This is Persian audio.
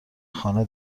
خانه